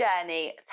journey